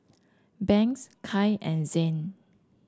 Banks Kai and Zhane